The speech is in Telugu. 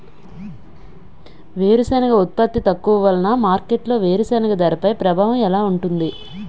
వేరుసెనగ ఉత్పత్తి తక్కువ వలన మార్కెట్లో వేరుసెనగ ధరపై ప్రభావం ఎలా ఉంటుంది?